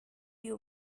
you